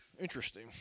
Interesting